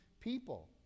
people